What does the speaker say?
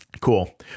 Cool